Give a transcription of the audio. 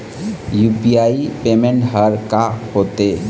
UPI payment हर का होते?